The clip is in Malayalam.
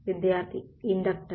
വിദ്യാർത്ഥി ഇൻഡക്റ്റർ